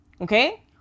Okay